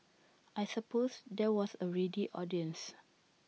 I suppose there was A ready audience